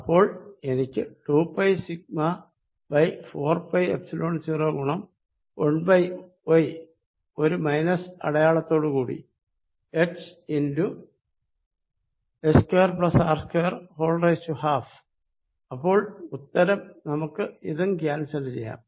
അപ്പോൾ എനിക്ക് 2πσ4πϵ0 ഗുണം 1y ഒരു അടയാളത്തോടു കൂടി hh2R212 അപ്പോൾ ഉത്തരം നമുക്ക് ഇതും ക്യാൻസൽ ചെയ്യാം